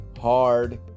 hard